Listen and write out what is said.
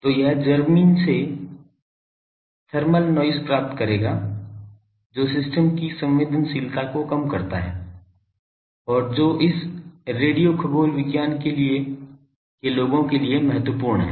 तो यह जमीन से थर्मल नॉइज़ प्राप्त करेगा जो सिस्टम की संवेदनशीलता को कम करता है और जो इस रेडियो खगोल विज्ञान के लोगों के लिए महत्वपूर्ण है